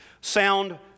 sound